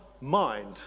mind